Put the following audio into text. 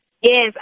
Yes